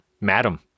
Madam